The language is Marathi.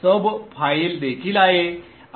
sub फाईल देखील आहे